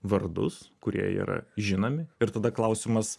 vardus kurie yra žinomi ir tada klausimas